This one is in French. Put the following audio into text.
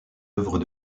œuvres